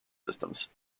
systems